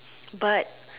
but